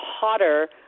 hotter